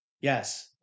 Yes